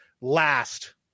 last